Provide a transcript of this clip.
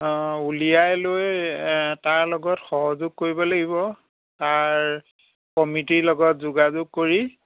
অঁ উলিয়াই লৈ তাৰ লগত সহযোগ কৰিব লাগিব তাৰ কমিটিৰ লগত যোগাযোগ কৰি